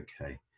Okay